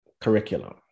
curriculum